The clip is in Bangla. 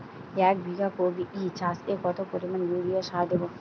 এক বিঘা কপি চাষে কত পরিমাণ ইউরিয়া সার দেবো?